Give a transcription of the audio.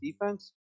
defense